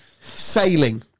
Sailing